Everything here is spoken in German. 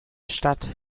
stadt